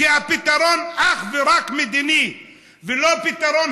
כי הפתרון הוא אך ורק מדיני ולא פתרון